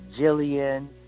Jillian